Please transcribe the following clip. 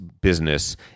business